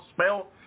spell